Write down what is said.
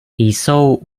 jsou